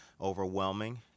overwhelming